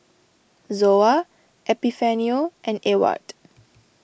Zoa Epifanio and Ewart